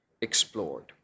explored